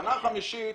בתחנה החמישית